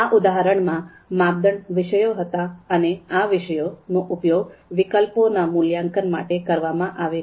આ ઉદાહરણમાં માપદંડ વિષયો હતા અને આ વિષયો નો ઉપયોગ વિકલ્પોના મૂલ્યાંકન માટે કરવામાં આવે છે